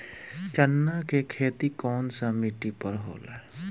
चन्ना के खेती कौन सा मिट्टी पर होला?